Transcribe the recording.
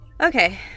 okay